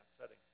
setting